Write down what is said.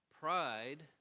pride